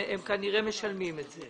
כנראה הם משלמים את זה.